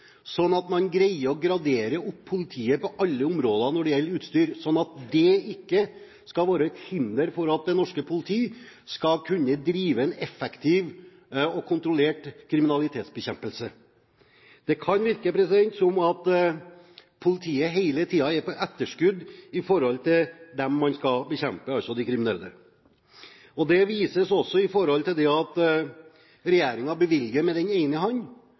man greier å oppgradere politiet på alle områder hva gjelder utstyr, slik at det ikke skal være til hinder for at det norske politiet skal kunne drive en effektiv og kontrollert kriminalitetsbekjempelse. Det kan virke som om politiet hele tiden er på etterskudd i forhold til dem man skal bekjempe, altså de kriminelle. Det vises også ved at regjeringen bevilger med den ene